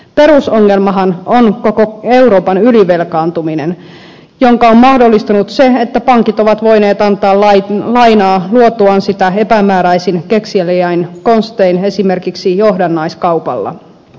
perusongelmahan on koko euroopan ylivelkaantuminen jonka on mahdollistanut se että pankit ovat voineet antaa lainaa luotuaan sitä epämääräisin kekseliäin konstein esimerkiksi johdannaiskaupalla